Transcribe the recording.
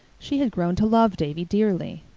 she had grown to love davy dearly.